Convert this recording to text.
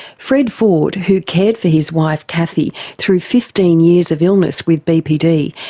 fred ford, who cared for his wife cathy through fifteen years of illness with bpd,